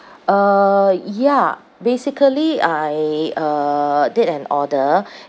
uh ya basically I uh did an order